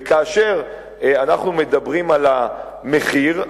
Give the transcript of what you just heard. וכאשר אנחנו מדברים על המחיר,